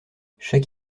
chaque